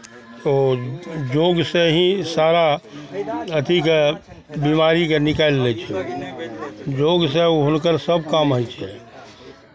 ओ योगसँ ही सारा अथीकेँ बिमारीकेँ निकालि लै छै योगसँ हुनकर सभ काम होइ छै